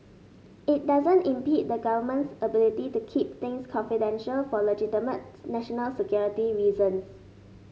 it doesn't impede the Government's ability to keep things confidential for legitimate national security reasons